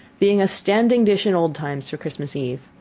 being a standing dish in old times for christmas eve.